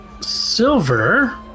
Silver